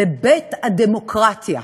בבית הדמוקרטיה.